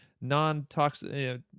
non-toxic